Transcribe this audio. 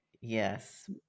Yes